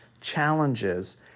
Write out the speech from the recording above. challenges